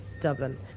Dublin